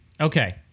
Okay